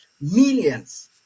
millions